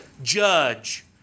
judge